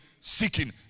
seeking